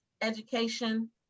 education